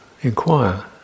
inquire